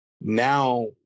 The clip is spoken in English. now